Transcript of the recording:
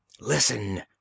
Listen